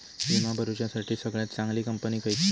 विमा भरुच्यासाठी सगळयात चागंली कंपनी खयची?